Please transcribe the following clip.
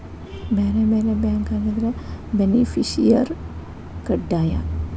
ಬ್ಯಾರೆ ಬ್ಯಾರೆ ಬ್ಯಾಂಕ್ ಆಗಿದ್ರ ಬೆನಿಫಿಸಿಯರ ಕಡ್ಡಾಯ